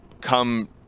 come